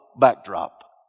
backdrop